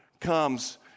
comes